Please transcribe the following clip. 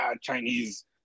Chinese